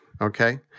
Okay